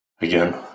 Again